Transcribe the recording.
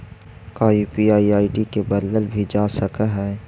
का UPI ID के बदलल भी जा सकऽ हई?